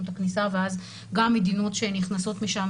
את הכניסה ואז גם מדינות שנכנסות משם,